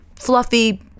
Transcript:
fluffy